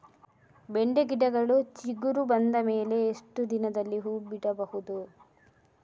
ಬೆಂಡೆ ಗಿಡಗಳು ಚಿಗುರು ಬಂದ ಮೇಲೆ ಎಷ್ಟು ದಿನದಲ್ಲಿ ಹೂ ಬಿಡಬಹುದು?